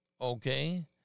okay